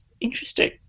interesting